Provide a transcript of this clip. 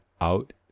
out